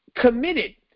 committed